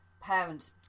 parents